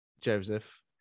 Joseph